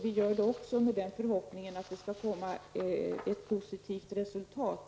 Vi gör det också med den förhoppningen att det snart skall komma ett positivt resultat.